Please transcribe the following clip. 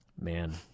Man